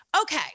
Okay